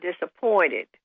disappointed